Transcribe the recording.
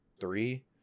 three